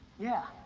yeah.